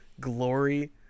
glory